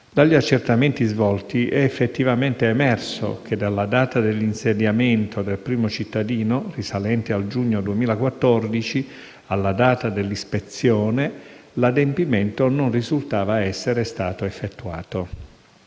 Dagli accertamenti svolti è effettivamente emerso che dalla data dell'insediamento del primo cittadino, risalente al giugno del 2014, alla data dell'ispezione, l'adempimento non risultava essere stato effettuato.